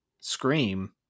Scream